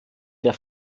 der